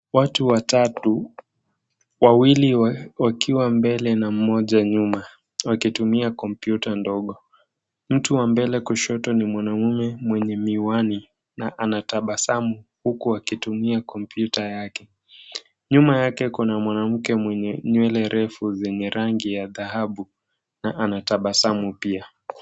Watu watatu, wawili wakiwa mbele na mmoja nyuma wakitumia kompyuta ndogo. Mtu wa mbele kushoto ni mwanaume mwenye miwani na anatabasamu huku akitumia kompyuta yake. Nyuma yake kuna mwanamke mwenye nywele refu zenye rangi ya dhahabu na anatabasamu pia.